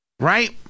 Right